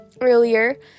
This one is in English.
earlier